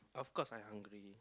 of course I hungry